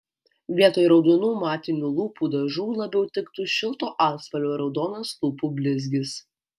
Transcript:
vietoj raudonų matinių lūpų dažų labiau tiktų šilto atspalvio raudonas lūpų blizgis